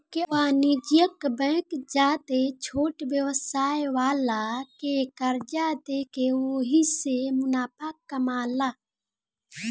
वाणिज्यिक बैंक ज्यादे छोट व्यवसाय वाला के कर्जा देके ओहिसे मुनाफा कामाला